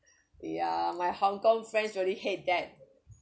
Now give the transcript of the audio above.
ya my hong kong friends really hate that